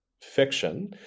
fiction